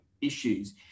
issues